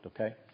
okay